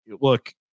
look